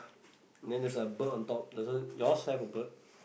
then there's a bird on top does it yours have bird